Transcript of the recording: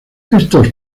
esos